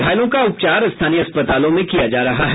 घायलों का उपचार स्थानीय अस्पतालों में किया जा रहा है